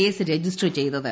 case register ചെയ്തത്